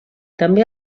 també